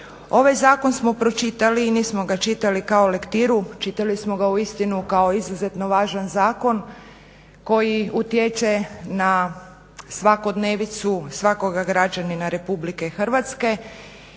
Ovaj zakon smo pročitali i nismo čitali kao lektiru, čitali smo ga uistinu kao izuzetno važan zakon koji utječe na svakodnevnicu svakoga građanina RH i ono